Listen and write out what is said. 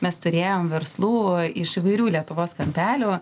mes turėjom verslų iš įvairių lietuvos kampelių